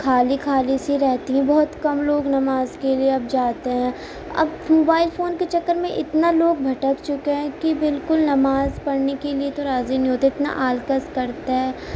خالی خالی سی رہتی ہیں بہت کم لوگ نماز کے لیے اب جاتے ہیں اب موبائل فون کے چکر میں اتنا لوگ بھٹک چکے ہیں کہ بالکل نماز پڑھنے کی لیے تو راضی نہیں ہوتے اتنا آلکس کرتے ہیں